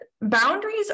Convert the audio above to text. boundaries